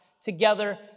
together